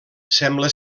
sembla